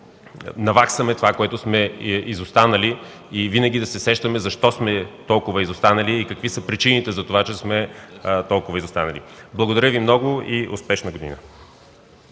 наваксаме бързо това, с което сме изостанали и винаги да помним защо сме толкова изостанали и какви са причините за това, че сме толкова изостанали. Благодаря Ви много и успешна година!